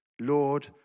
Lord